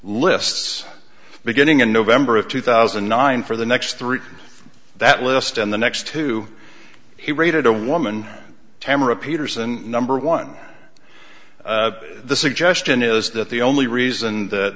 lists beginning in november of two thousand and nine for the next three that list and the next two here rated a woman tamara peterson number one the suggestion is that the only reason that